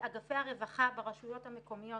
אגפי הרווחה ברשויות המקומיות